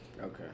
Okay